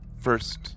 first